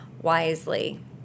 wisely